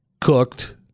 cooked